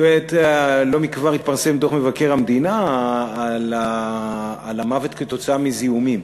לא מכבר התפרסם דוח מבקר המדינה על המוות כתוצאה מזיהומים.